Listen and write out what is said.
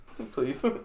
Please